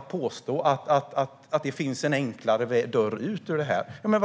påstår att det finns en enklare dörr ut talar det ju emot hela implementeringen.